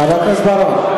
חבר הכנסת בר-און,